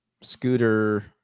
scooter